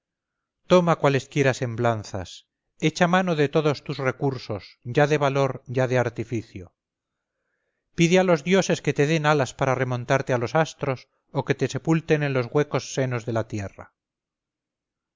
toma cualesquiera semblanzas echa mano de todos tus recursos ya de valor ya de artificio pide a os dioses que te den alas para remontarte a los astros o que te sepulten en los huecos senos de la tierra